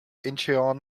incheon